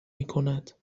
میکند